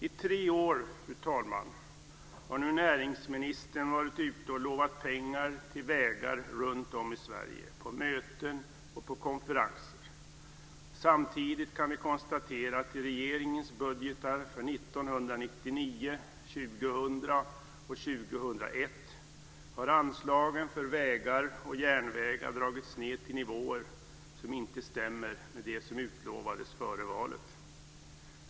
I tre år, fru talman, har näringsministern varit ute och lovat pengar till vägar runtom i Sverige, på möten och på konferenser. Samtidigt kan vi konstatera, att i regeringens budgetar för 1999, 2000 och 2001 har anslagen för vägar och järnvägar dragits ned till nivåer som inte stämmer med de som utlovades före valet.